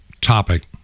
topic